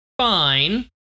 fine